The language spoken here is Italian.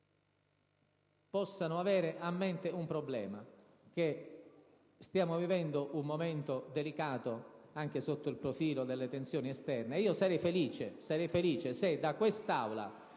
possano avere a mente un problema. Noi stiamo vivendo un momento delicato, anche sotto il profilo delle tensioni esterne. Pertanto, io sarei felice se da questa Aula,